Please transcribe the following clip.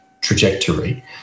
trajectory